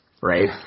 right